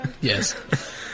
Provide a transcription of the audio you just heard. Yes